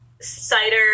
cider